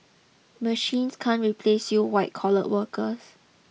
machines can't replace you white collar workers